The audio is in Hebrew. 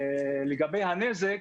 לגבי הנזק,